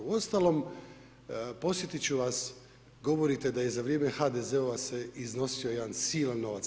Uostalom, podsjetit ću vas, govorite da je za vrijeme HDZ-ova se iznosio jedan silan novac.